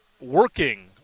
working